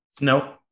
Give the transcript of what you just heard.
No